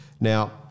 Now